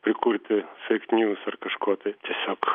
prikurti feik nius ar kažko tai tiesiog